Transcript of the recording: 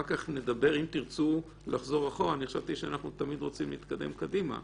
ואם תרצו לחזור אחורה אני חשבתי שאנחנו תמיד רוצים להתקדם קדימה.